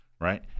right